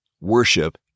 Worship